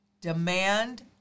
Demand